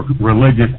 religious